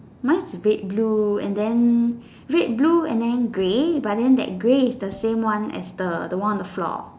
mine is a bit blue and then red blue and then grey but then that grey is the same one as the the one on the floor